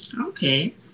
Okay